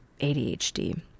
ADHD